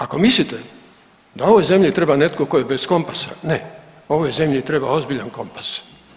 Ako mislite da ovoj zemlji treba netko tko je bez kompasa, ne ovoj zemlji treba ozbiljan kompas.